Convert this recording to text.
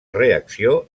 reacció